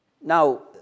Now